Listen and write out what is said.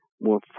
more